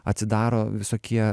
atsidaro visokie